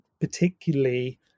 particularly